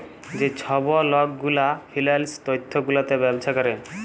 যে ছব লক গুলা ফিল্যাল্স তথ্য গুলাতে ব্যবছা ক্যরে